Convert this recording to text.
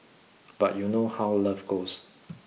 but you know how love goes